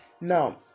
Now